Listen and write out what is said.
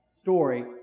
story